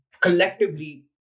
collectively